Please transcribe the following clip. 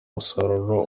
umusaruro